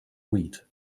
read